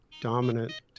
dominant